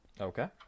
Okay